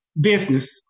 business